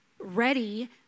ready